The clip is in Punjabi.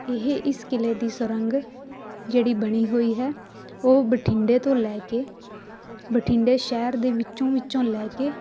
ਇਹ ਇਸ ਕਿਲ੍ਹੇ ਦੀ ਸੁਰੰਗ ਜਿਹੜੀ ਬਣੀ ਹੋਈ ਹੈ ਉਹ ਬਠਿੰਡੇ ਤੋਂ ਲੈ ਕੇ ਬਠਿੰਡੇ ਸ਼ਹਿਰ ਦੇ ਵਿੱਚੋਂ ਵਿੱਚੋਂ ਲੈ ਕੇ